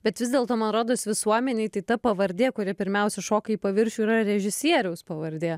bet vis dėlto man rodos visuomenei tai ta pavardė kuri pirmiausia šoka į paviršių yra režisieriaus pavardė